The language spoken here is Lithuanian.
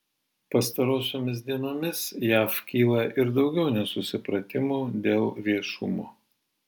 pastarosiomis dienomis jav kyla ir daugiau nesusipratimų dėl viešumo